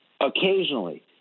occasionally